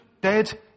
Dead